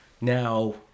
Now